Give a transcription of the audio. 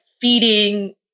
feeding